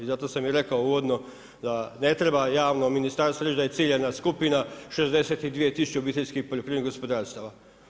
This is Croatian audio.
I zato sam i rekao uvodno da ne treba javno ministarstvo reći da je ciljana skupina 62 tisuće obiteljskih poljoprivrednih gospodarstava.